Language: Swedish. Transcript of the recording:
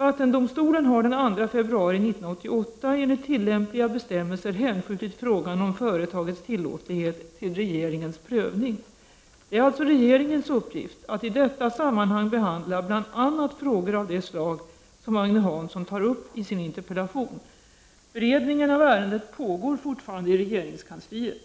Vattendomstolen har den 2 februari 1988 enligt tillämpliga bestämmelser hänskjutit frågan om företagets tillåtlighet till regeringens prövning. Det är alltså regeringens uppgift att i detta sammanhang behandla bl.a. frågor av det slag som Agne Hansson tar uppi sin interpellation. Beredningen av ärendet pågår fortfarande i regeringskansliet.